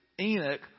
Enoch